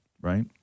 Right